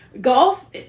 golf